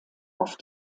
auf